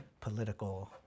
political